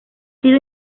sido